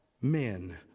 men